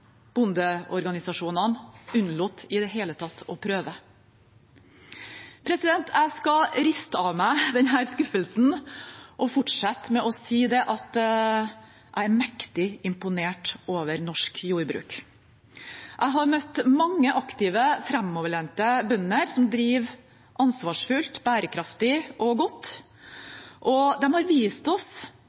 Bondeorganisasjonene unnlot i det hele tatt å prøve. Jeg skal riste av meg denne skuffelsen og fortsette med å si at jeg er mektig imponert over norsk jordbruk. Jeg har møtt mange aktive, framoverlente bønder som driver ansvarsfullt, bærekraftig og godt. De har vist oss